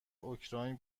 اوکراین